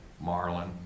Marlin